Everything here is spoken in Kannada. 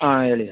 ಹಾಂ ಹೇಳಿ